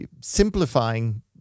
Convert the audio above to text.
simplifying